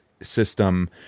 system